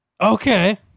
Okay